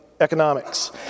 economics